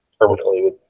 permanently